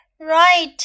Right